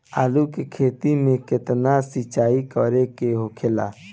आलू के खेती में केतना सिंचाई करे के होखेला?